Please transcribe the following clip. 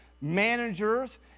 managers